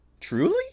Truly